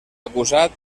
acusat